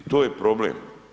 To je problem.